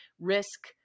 risk